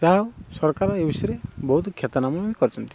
ଯାହା ହଉ ସରକାର ଏ ବିଷୟରେ ବହୁତ ଖ୍ୟାତନାମା କରିଛନ୍ତି